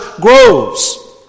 grows